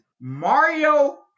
Mario